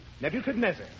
Nebuchadnezzar